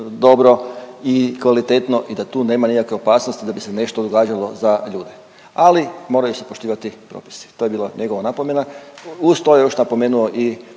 dobro i kvalitetno i da tu nema nikakve opasnosti da bi se nešto događalo za ljude, ali moraju se poštivati propisi. To je bila njegova napomena. Uz to je još napomenuo i